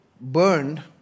burned